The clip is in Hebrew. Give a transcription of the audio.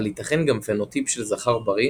אבל ייתכן גם פנוטיפ של זכר בריא